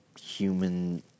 human